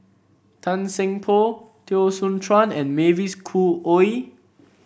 Tan Seng Poh Teo Soon Chuan and Mavis Khoo Oei